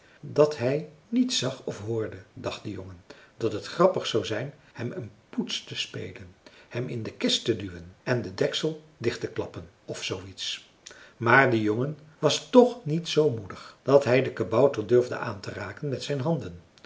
dat hij niets zag of hoorde dacht de jongen dat het grappig zou zijn hem een poets te spelen hem in de kist te duwen en den deksel dicht te klappen of zoo iets maar de jongen was toch niet zoo moedig dat hij den kabouter durfde aan te raken met zijn handen